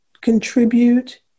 contribute